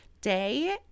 Day